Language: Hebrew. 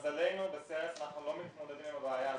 למזלנו, ב-CRS, אנחנו לא מתמודדים עם הבעיה הזאת.